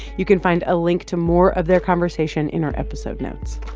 you can find a link to more of their conversation in our episode notes